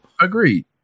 Agreed